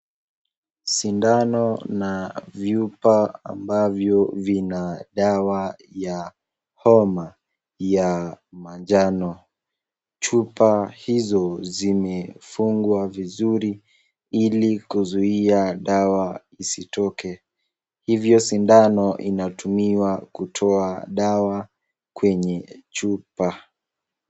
Sindano na vyupa ambavyo vina dawa ya homa ya manjano chupa hizo zimefungwa vizuri ili kuzuiya dawa isitoke hivyo sindano inatumiwa kutoa dawa kwenye chupa